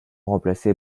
remplacer